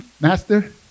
Master